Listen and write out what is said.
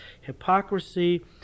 hypocrisy